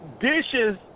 Dishes